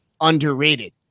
underrated